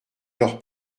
leur